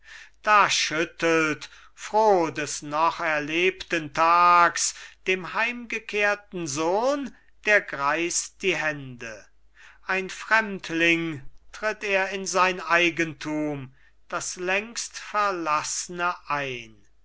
da schüttelt froh des noch erlebten tags dem heimgekehrten sohn der greis die hände ein fremdling tritt er in sein eigentum das längstverlaßne ein